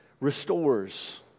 restores